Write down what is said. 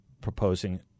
proposing